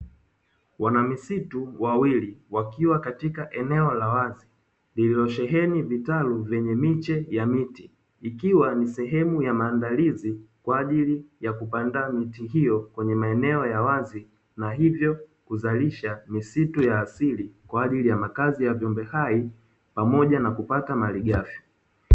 Wanamisitu wawili wakiwa katika eneo la wazi lililosheheni vitalu vyenye miche ya miti ikiwa ni sehemu ya maandalizi kwa ajili ya kupanda miti hiyo kwenye maeneo ya wazi na hivyo kuzalisha misitu ya asili kwa ajili ya makazi ya viumbe hai pamoja na kupata malighafi.